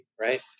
Right